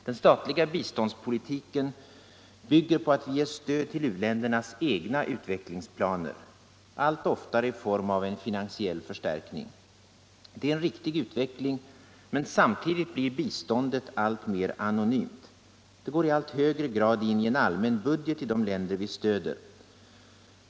Den statliga biståndspolitiken bygger på att vi ger stöd till u-ländernas egna utvecklingsplaner, allt oftare i form av finansiell förstärkning. Det är en riktig utveckling. Men samtidigt blir biståndet alltmer anonymt. Det går i allt högre grad in i en allmän budget i de länder vi stöder.